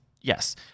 Yes